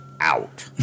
out